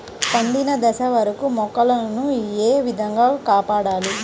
పండిన దశ వరకు మొక్కల ను ఏ విధంగా కాపాడాలి?